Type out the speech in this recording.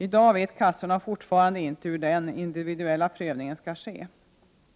I dag vet kassorna fortfarande inte hur den individuella prövningen skall ske.